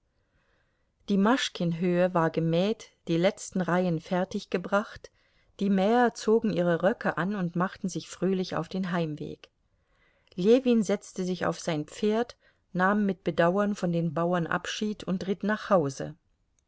die maschkin höhe war gemäht die letzten reihen fertiggebracht die mäher zogen ihre röcke an und machten sich fröhlich auf den heimweg ljewin setzte sich auf sein pferd nahm mit bedauern von den bauern abschied und ritt nach hause